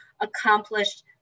accomplished